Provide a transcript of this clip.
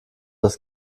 das